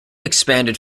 expanded